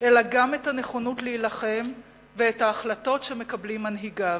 אלא גם את הנכונות להילחם ואת ההחלטות שמקבלים מנהיגיו.